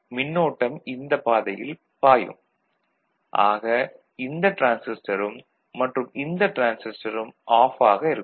மின்னோட்டம் இந்தப் பாதையில் பாயும் ஆக இந்த டிரான்சிஸ்டரும் மற்றும் இந்த டிரான்சிஸ்டரும் ஆஃப் ஆக இருக்கும்